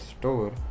store